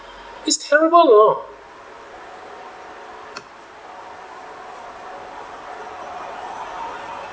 it's terrible you know